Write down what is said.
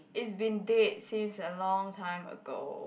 it's been dead since a long time ago